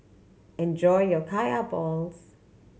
enjoy your Kaya balls